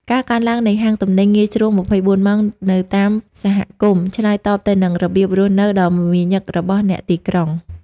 ការកើនឡើងនៃហាងទំនិញងាយស្រួល ២៤ ម៉ោង នៅតាមសហគមន៍ ឆ្លើយតបទៅនឹងរបៀបរស់នៅដ៏មមាញឹករបស់អ្នកទីក្រុង។